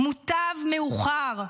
מוטב מאוחר.